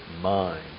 mind